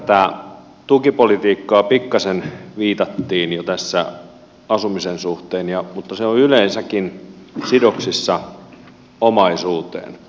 tähän tukipolitiikkaan pikkaisen viitattiin jo asumisen suhteen mutta se on yleensäkin sidoksissa omaisuuteen